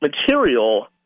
material